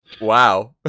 wow